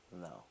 no